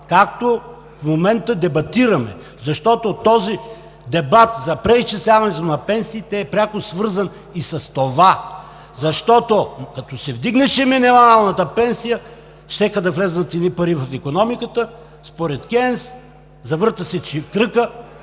както в момента дебатираме, защото дебатът за преизчисляването на пенсиите е пряко свързан и с това, защото, като се вдигнеше минималната пенсия, щяха да влязат едни пари в икономиката. Според Кейнс завърта се чекръкът,